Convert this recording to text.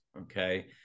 Okay